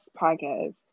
podcast